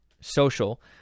social